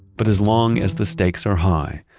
but as long as the stakes are high,